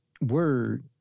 word